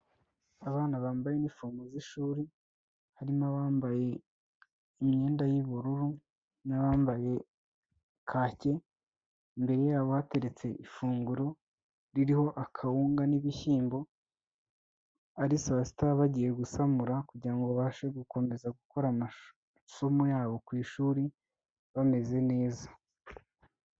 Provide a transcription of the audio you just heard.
Abana bambaye inifomu z'ishuri, harimo abambaye imyenda y'ubururu n'abambaye kake, imbere yabo bateretse ifunguro ririho akawunga n'ibishyimbo ari saa sita bagiye gusamura kugira ngo babashe gukomeza gukora amasomo yabo ku ishuri bameze neza.